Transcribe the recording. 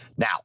Now